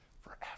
forever